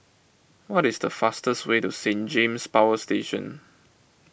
what is the fastest way to Saint James Power Station